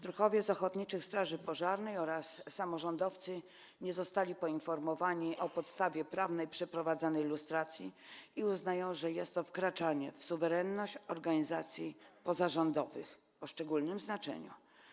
Druhowie z ochotniczych straży pożarnych oraz samorządowcy nie zostali poinformowani o podstawie prawnej przeprowadzanej lustracji i uznają, że jest to wkraczanie w suwerenność organizacji pozarządowych o szczególnym znaczeniu.